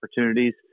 opportunities